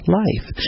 life